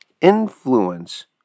influence